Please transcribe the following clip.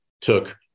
took